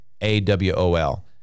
A-W-O-L